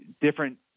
Different